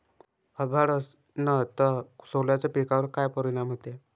अभाळ असन तं सोल्याच्या पिकावर काय परिनाम व्हते?